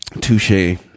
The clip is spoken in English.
Touche